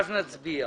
אז נצביע.